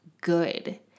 good